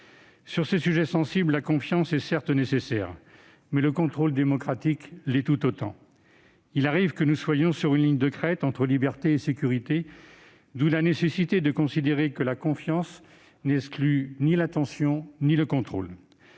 Sur ces sujets sensibles, la confiance est certes nécessaire, mais le contrôle démocratique l'est tout autant. Il arrive que nous soyons sur une ligne de crête entre liberté et sécurité, d'où la nécessité de considérer que la confiance n'exclut ni l'attention ni le contrôle.